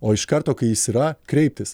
o iš karto kai jis yra kreiptis